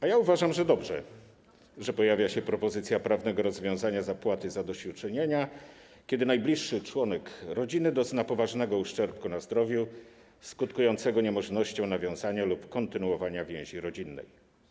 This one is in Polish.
A ja uważam, że to dobrze, że pojawia się propozycja prawnego rozwiązania zapłaty zadośćuczynienia, kiedy najbliższy członek rodziny dozna poważnego uszczerbku na zdrowiu, który skutkuje niemożnością nawiązania lub kontynuowania więzi rodzinnej.